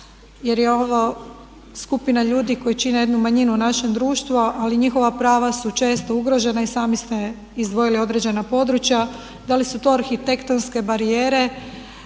jer je ovo skupina ljudi koji čine jednu manjinu u našem društvu ali njihova prava su često ugrožena i sami ste izdvojili određena područja. Da li su to arhitektonske barijere,